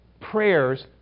prayers